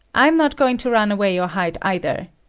i'm not going to run away or hide either.